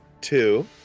two